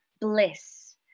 bliss